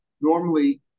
Normally